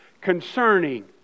concerning